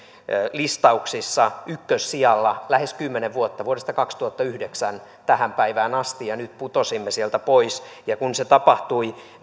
listauksissa ykkössijalla lähes kymmenen vuotta vuodesta kaksituhattayhdeksän tähän päivään asti ja nyt putosimme sieltä pois ja kun se tapahtui